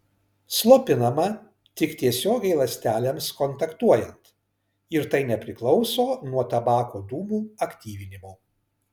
slopinama tik tiesiogiai ląstelėms kontaktuojant ir tai nepriklauso nuo tabako dūmų aktyvinimo